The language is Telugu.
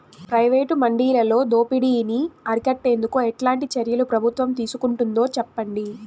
ప్రైవేటు మండీలలో దోపిడీ ని అరికట్టేందుకు ఎట్లాంటి చర్యలు ప్రభుత్వం తీసుకుంటుందో చెప్పండి?